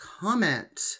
Comment